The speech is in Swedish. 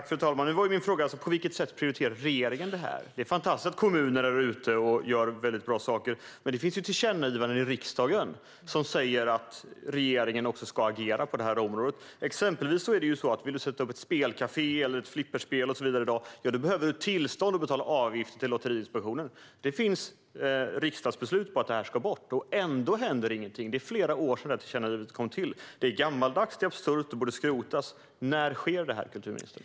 Fru talman! Min fråga var på vilket sätt regeringen prioriterar detta. Det är fantastiskt att kommuner där ute gör bra saker, men det finns tillkännagivanden i riksdagen som säger att regeringen ska agera på detta område. Om man exempelvis vill sätta upp ett spelkafé, ett flipperspel och så vidare behöver man i dag tillstånd och betala avgift till Lotteriinspektionen. Det finns riksdagsbeslut om att detta ska bort, och ändå händer ingenting. Det är flera år sedan tillkännagivandet kom. Det här är gammaldags, absurt och borde skrotas. När kommer detta att ske, kulturministern?